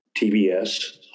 TBS